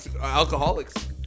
Alcoholics